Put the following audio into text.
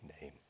name